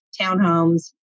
townhomes